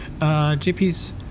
JP's